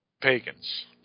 pagans